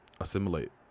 assimilate